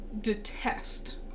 detest